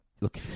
look